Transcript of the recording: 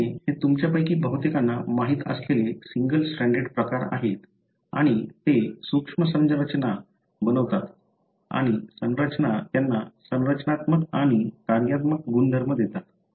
RNA हे तुमच्यापैकी बहुतेकांना माहित असलेले सिंगल स्ट्रँडेड प्रकार आहेत आणि ते सूक्ष्म संरचना बनवतात आणि संरचना त्यांना संरचनात्मक आणि कार्यात्मक गुणधर्म देतात